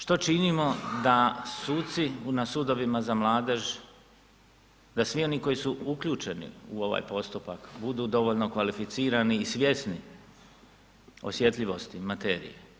Što činimo da suci na sudovima za mladež, da svi oni koji su uključeni u ovaj postupak, budu dovoljno kvalificirani i svjesni osjetljivosti materije?